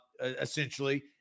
Essentially